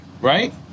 right